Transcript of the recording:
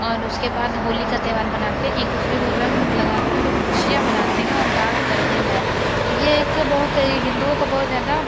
और उसके बाद होली का त्यौहार मनाते हैं एक दूसरे को रंग लगा के लोग खुशियाँ मनाते हैं और डांस करते हैं ये एक बहुत हिंदुओं को बहुत ज़्यादा